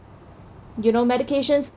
you know medications